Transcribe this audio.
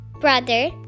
brother